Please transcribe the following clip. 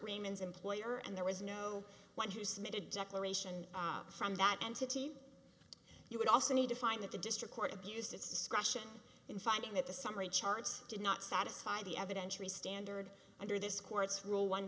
raymond's employer and there was no one who submitted a declaration from that entity you would also need to find that the district court abused its discretion in finding that the summary charts did not satisfy the evidentiary standard under this court's rule one